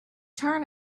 turn